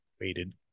waited